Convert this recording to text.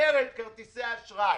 מרד כרטיסי אשראי,